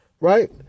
Right